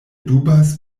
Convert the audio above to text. dubas